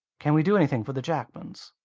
can we do anything for the jackmans?